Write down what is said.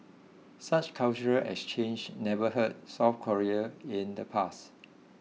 such cultural exchanges never hurt South Korea in the past